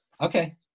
Okay